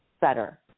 better